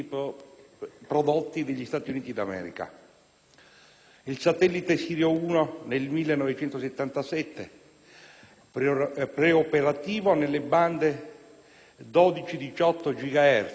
prodotti degli Stati Uniti d'America: il satellite «Sirio 1» nel 1977, preoperativo nelle bande 12-18